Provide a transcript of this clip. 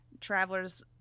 travelers-